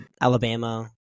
Alabama